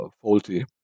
faulty